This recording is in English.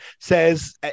says